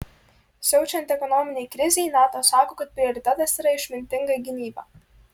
siaučiant ekonominei krizei nato sako kad prioritetas yra išmintinga gynyba